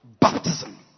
Baptism